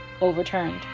overturned